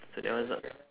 so that one's not